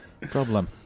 problem